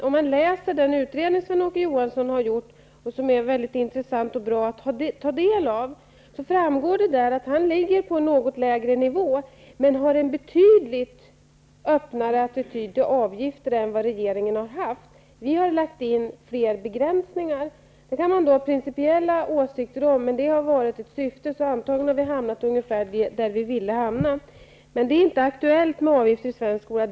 Om man läser den utredning som Sven Åke Johansson har gjort -- som är mycket intressant och bra att ta del av -- framgår det att han ligger på något lägre nivå men har en betydligt öppnare attityd till avgifter än vad regeringen har haft. Vi har lagt in fler begränsningar. Man kan ha principiella åsikter om detta, men det har varit ett syfte. Vi har antagligen hamnat på den nivå där vi har velat hamna. Det är inte aktuellt med avgifter i svensk skola.